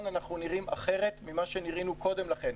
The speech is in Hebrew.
אנחנו נראים אחרת ממה שנראינו קודם לכן.